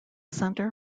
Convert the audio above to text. center